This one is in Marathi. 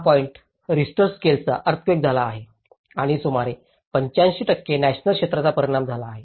पॉईंट रिश्टर स्केलचा अर्थक्वेक झाला आहे आणि सुमारे 85 नॅशनल क्षेत्राचा परिणाम झाला आहे